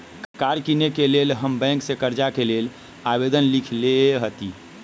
कार किनेके लेल हम बैंक से कर्जा के लेल आवेदन लिखलेए हती